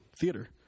theater